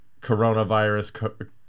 coronavirus